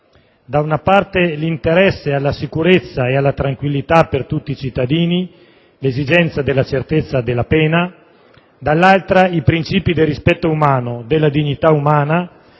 Da una parte, l'interesse alla sicurezza e alla tranquillità per tutti i cittadini, l'esigenza della certezza della pena; dall'altra, i principi del rispetto umano, della dignità umana,